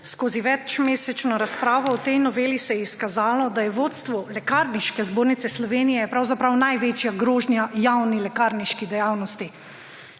Skozi večmesečno razpravo o tej noveli se je izkazalo, da je vodstvo Lekarniške zbornice Slovenije pravzaprav največja grožnja javni lekarniški dejavnosti.